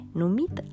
numit